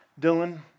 Dylan